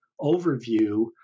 overview